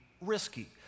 risky